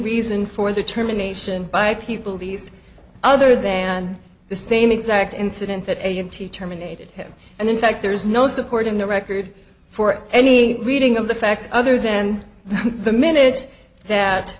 reason for the term a nation by people these other than the same exact incident that a m t terminated him and in fact there is no support in the record for any reading of the facts other than the minute that